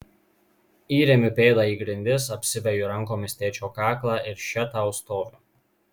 įremiu pėdą į grindis apsiveju rankomis tėčio kaklą ir še tau stoviu